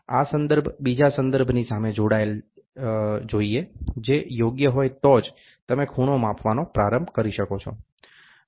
આ સંદર્ભ બીજા સંદર્ભની સામે જોડાયેલ જોઈએ જે યોગ્ય હોય તો જ તમે ખૂણા માપવાનો પ્રારંભ કરી શકો છો